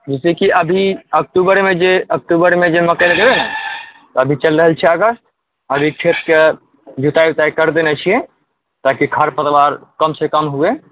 जैसे कि अभी अक्टुबरमे जे अक्टुबरमे जे मकइ लगेबै ने ई चलि रहल छै अगस्त अभी खेतके जुताइ उताइ कर देने छी ताकि खर पतवार कम सँ कम हुए